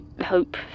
hope